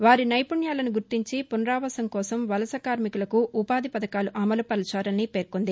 వారి నైపుణ్యాలను గుర్తించి పునరావాసం కోసం వలస కార్మికులకు ఉపాధి పథకాలు అమలు పరచాలని పేర్కొంది